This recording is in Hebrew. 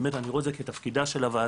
באמת אני רואה את זה כתפקידה של הוועדה,